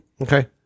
Okay